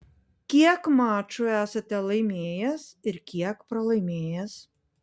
kiek mačų esate laimėjęs ir kiek pralaimėjęs